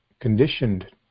conditioned